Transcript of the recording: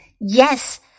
Yes